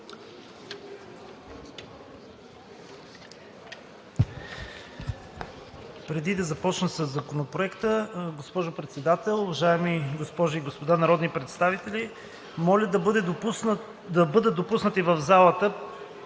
Преди да започна със Законопроекта, госпожо Председател, уважаеми госпожи и господа народни представители, моля да бъдат допуснати в залата